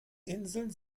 inseln